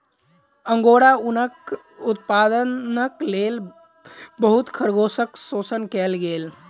angora ऊनक उत्पादनक लेल बहुत खरगोशक शोषण कएल गेल